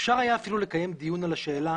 אפשר היה אפילו לקיים דיון על השאלה